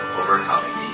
overcoming